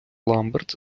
ламберт